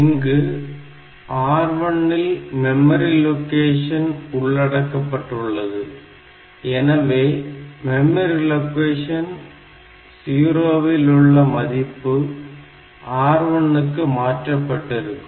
இங்கு R1 இல் memory location உள்ளடக்கப்பட்டுள்ளது எனவே மெமரி லொகேஷன் 0 இல் உள்ள மதிப்பு R1 க்கு மாற்றப்பட்டிருக்கும்